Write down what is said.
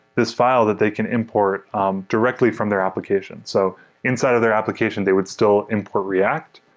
this file that they can import um directly from their application so inside of their application, they would still import react,